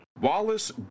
Wallace